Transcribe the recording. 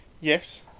Yes